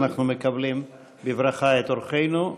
אנחנו מקבלים בברכה את אורחינו.